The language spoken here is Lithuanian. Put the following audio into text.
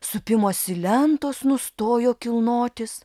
supimosi lentos nustojo kilnotis